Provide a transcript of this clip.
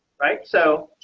right, so